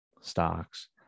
stocks